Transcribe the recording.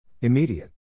Immediate